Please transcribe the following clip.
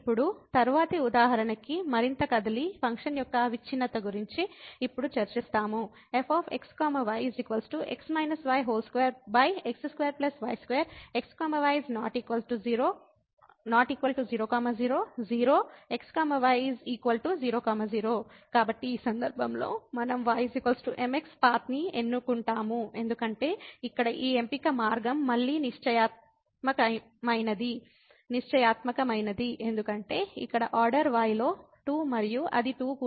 ఇప్పుడు తరువాతి ఉదాహరణకి మరింత కదిలి ఫంక్షన్ యొక్క అవిచ్ఛిన్నత గురించి ఇప్పుడు చర్చిస్తాము f x y 2x2y2 x y ≠ 00 0 x y 0 0 కాబట్టి ఈ సందర్భంలో మనం y mx పాత్ నీ ఎన్నుకుంటాము ఎందుకంటే ఇక్కడ ఈ ఎంపిక మార్గం మళ్ళీ నిశ్చయాత్మకమైనది ఎందుకంటే ఇక్కడ ఆర్డర్ y లో 2 మరియు అది 2 కూడా ఉంది